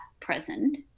present